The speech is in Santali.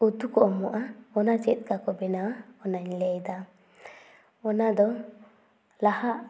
ᱩᱛᱩ ᱠᱚ ᱮᱢᱚᱜᱼᱟ ᱚᱱᱟ ᱪᱮᱫ ᱞᱮᱠᱟᱠᱚ ᱵᱮᱱᱟᱣᱟ ᱚᱱᱟᱧ ᱞᱟᱹᱭ ᱮᱫᱟ ᱚᱱᱟᱫᱚ ᱞᱟᱦᱟ